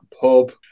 pub